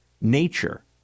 nature